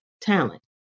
talent